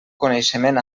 coneixement